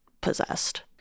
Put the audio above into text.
possessed